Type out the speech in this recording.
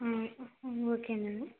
okay madam